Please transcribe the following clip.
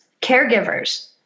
caregivers